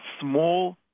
small